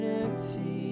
empty